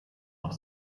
noch